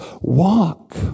walk